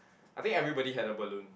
I think everybody had a balloon